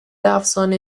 افسانه